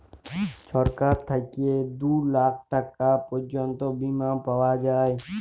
ছরকার থ্যাইকে দু লাখ টাকা পর্যল্ত বীমা পাউয়া যায়